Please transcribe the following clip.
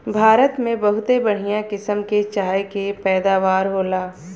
भारत में बहुते बढ़िया किसम के चाय के पैदावार होला